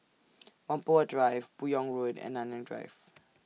Whampoa Drive Buyong Road and Nanyang Drive